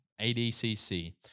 ADCC